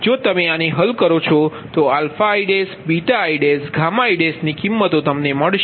જો તમે આને હલ કરો તો i ii ની કિંમતો તમને મળશે